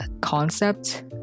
concept